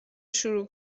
شروع